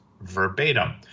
verbatim